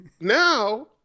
now